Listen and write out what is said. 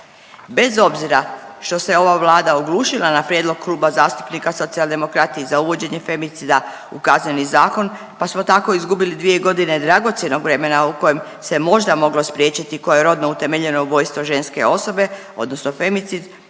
Bez obzira što se ova Vlada oglušila na prijedlog Kluba zastupnika Socijaldemokrati za uvođenje femicida u Kazneni zakon, pa smo tako izgubili 2 godine dragocjenog vremena u kojem se možda moglo spriječiti koje rodno utemeljeno ubojstvo ženske osobe, odnosno femicid.